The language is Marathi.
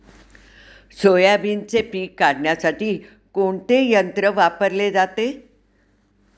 सोयाबीनचे पीक काढण्यासाठी कोणते यंत्र वापरले जाते?